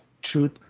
truth